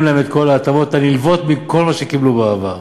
להם את כל ההטבות הנלוות מכל מה שקיבלו בעבר.